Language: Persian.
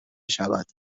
شود